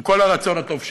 עם כל הרצון הטוב שיש.